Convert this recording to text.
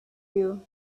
you